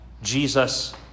Jesus